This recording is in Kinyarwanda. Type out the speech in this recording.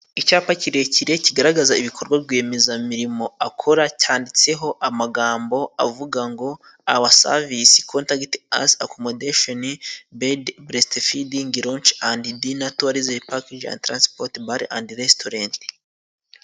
Icyapa kirekire kigaragaza ibikorwa rwiyemezamirimo akora, cyanditseho amagambo avuga ngo awa savice contagiti azi acomondashoni badi beresitifiding lonshi andi dina tuwarizime paking andi taransipoti, bari andi resitorenti.